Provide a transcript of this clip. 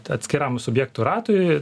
atskiram subjektų ratui